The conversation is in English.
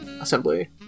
Assembly